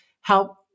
help